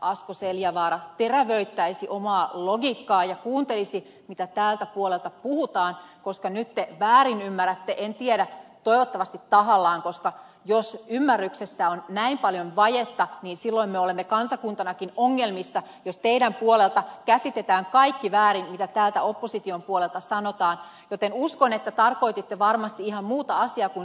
asko seljavaara terävöittäisi omaa logiikkaansa ja kuuntelisi mitä tältä puolelta puhutaan koska nyt te väärinymmärrätte asiat en tiedä tahallaanko toivottavasti koska jos ymmärryksessä on näin paljon vajetta niin silloin me olemme kansakuntanakin ongelmissa jos teidän puoleltanne käsitetään kaikki väärin mitä täältä opposition puolelta sanotaan joten uskon että tarkoititte varmasti ihan muuta asiaa kuin mitä sanoitte